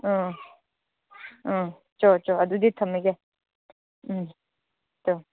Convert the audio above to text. ꯑꯥ ꯑꯥ ꯆꯣ ꯆꯣ ꯑꯗꯨꯗꯤ ꯊꯝꯃꯒꯦ ꯑꯥ ꯆꯣ